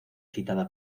citada